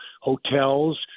hotels